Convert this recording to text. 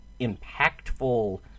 impactful